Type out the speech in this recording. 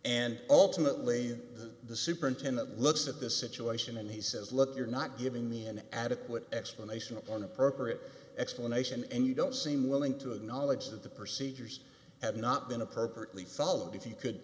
and ultimately the superintendent looks at the situation and he says look you're not giving me an adequate explanation on appropriate explanation and you don't seem willing to acknowledge that the procedures have not been appropriately followed if you could